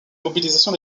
mobilisation